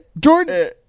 Jordan